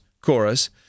chorus